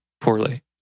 poorly